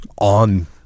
on